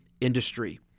industry